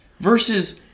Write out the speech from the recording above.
Versus